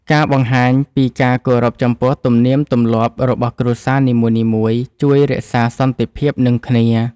ការបង្ហាញពីការគោរពចំពោះទំនៀមទំលាប់របស់គ្រួសារនីមួយៗជួយរក្សាសន្តិភាពនិងគ្នា។